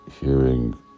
hearing